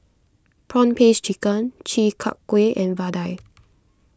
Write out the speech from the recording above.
Prawn Paste Chicken Chi Kak Kuih and Vadai